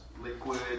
liquid